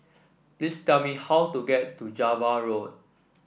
please tell me how to get to Java Road